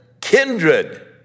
kindred